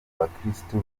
bakirisitu